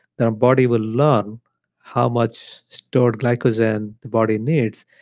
then our body will learn how much stored glycogen the body needs.